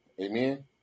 Amen